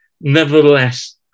nevertheless